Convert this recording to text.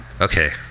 Okay